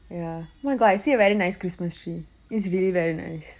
ya oh my god I see a very nice christmas tree it's really very nice